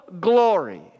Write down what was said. glory